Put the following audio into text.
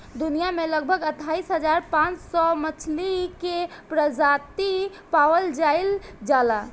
दुनिया में लगभग अठाईस हज़ार पांच सौ मछली के प्रजाति पावल जाइल जाला